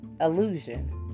Illusion